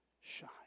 shine